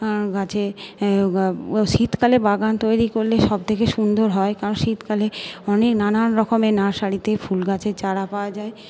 গাছে শীতকালে বাগান তৈরি করলে সব থেকে সুন্দর হয় কারণ শীতকালে অনেক নানান রকমের নার্সারিতে ফুলগাছের চারা পাওয়া যায়